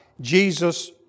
Jesus